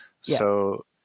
So-